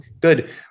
good